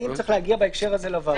האם צריך להגיע בהקשר זה לוועדה?